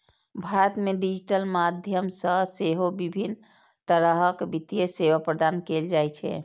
भारत मे डिजिटल माध्यम सं सेहो विभिन्न तरहक वित्तीय सेवा प्रदान कैल जाइ छै